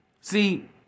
See